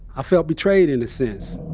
i felt betrayed in a sense.